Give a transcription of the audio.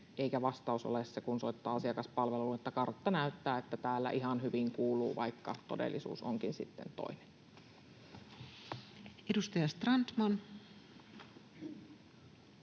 että vastaus on se, kun soittaa asiakaspalveluun, että kartta näyttää, että täällä ihan hyvin kuuluu — vaikka todellisuus onkin sitten toinen. Edustaja Strandman.